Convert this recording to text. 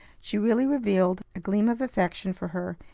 she really revealed a gleam of affection for her,